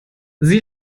sie